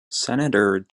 senator